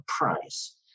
price